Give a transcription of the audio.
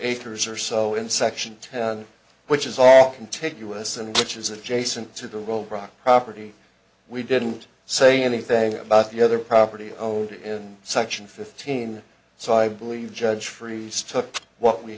acres or so in section ten which is all contiguous and which is adjacent to the old rock property we didn't say anything about the other property owned in section fifteen so i believe judge freeze took what we